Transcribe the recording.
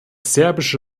serbische